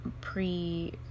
pre-